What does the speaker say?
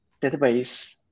database